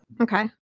Okay